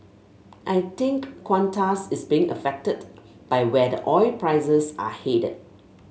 I think Qantas is being affected by where the oil prices are headed